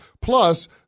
Plus